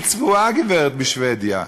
היא צבועה, הגברת בשבדיה,